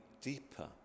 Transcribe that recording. deeper